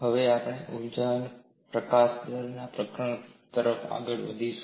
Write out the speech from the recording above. હવે આપણે ઊર્જા પ્રકાશન દરના પ્રકરણ તરફ આગળ વધશે